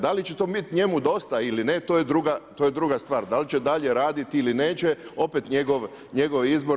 Da li će to njemu biti dosta ili ne, to je druga stvar, da li će dalje raditi ili neće opet njegov izbor.